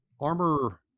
armor